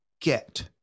get